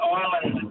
island